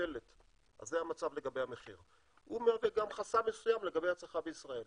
הוא מהווה גם חסם מסוים לגבי הצריכה בישראל.